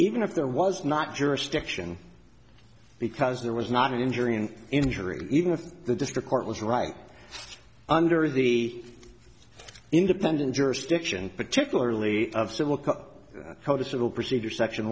even if there was not jurisdiction because there was not an injury and injury even if the district court was right under the independent jurisdiction particularly of civil code of civil procedure section